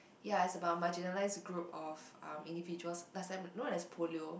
ya it's about marginalized group of um individuals last time known as Polio